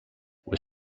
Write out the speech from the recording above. were